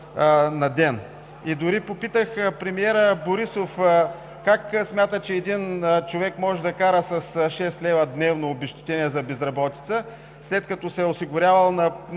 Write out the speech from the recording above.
на ден. Дори попитах премиера Борисов как смята, че един човек може да кара с 6 лв. дневно обезщетение за безработица, след като се е осигурявал на